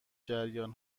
جریان